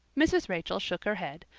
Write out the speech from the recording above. mrs. rachel shook her head,